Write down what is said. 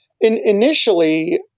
Initially